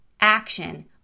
action